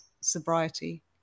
sobriety